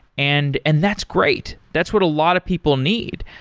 and and that's great. that's what a lot of people need.